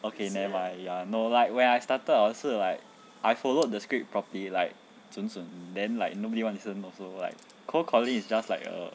okay never mind ya no like where I started 我是 like I followed the script properly like 准准 then like nobody wanna listen also like cold calling is just like a